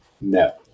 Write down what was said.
No